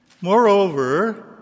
Moreover